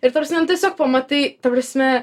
ir ta prasme nu tiesiog pamatai ta prasme